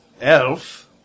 Elf